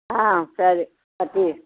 ಹಾಂ ಸರಿ ಬರ್ತೀವಿ